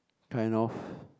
kind of